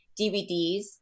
DVDs